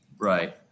right